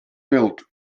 built